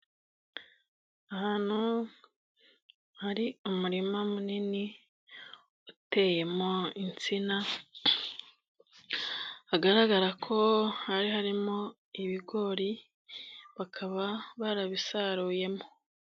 Ahantu hari umurima munini, uteyemo insina hagaragara ko hari harimo ibigori ,bakaba barabisaruyemo.